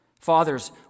Fathers